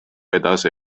edasi